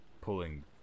Pulling